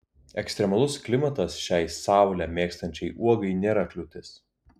ekstremalus klimatas šiai saulę mėgstančiai uogai nėra kliūtis